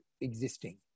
existing